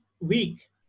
week